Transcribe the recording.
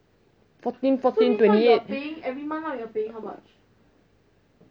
fourteen fourteen twenty eight